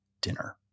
dinner